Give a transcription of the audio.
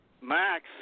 Max